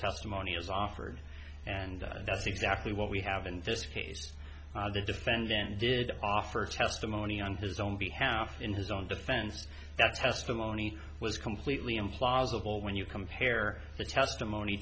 testimony is offered and that's exactly what we have in this case to defend then did offer testimony on his own behalf in his own defense that's testimony was completely implausible when you compare the testimony